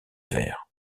vert